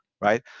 right